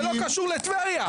זה לא קשור לטבריה,